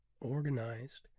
organized